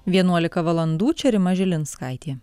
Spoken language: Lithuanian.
vienuolika valandų čia rima žilinskaitė